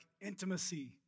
intimacy